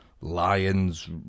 Lions